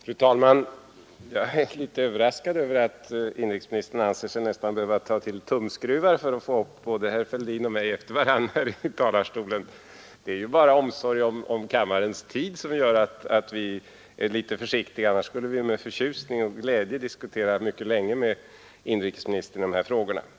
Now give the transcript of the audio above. Fru talman! Jag är litet överraskad av att inrikesministern anser sig nästan behöva ta till tumskruvar för att få upp både herr Fälldin och mig i talarstolen. Det är ju bara omsorg om kammarens tid som gör att vi är litet försiktiga. Annars skulle vi med förtjusning och glädje diskutera de här frågorna med inrikesministern mycket länge.